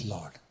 Lord